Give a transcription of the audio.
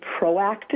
proactive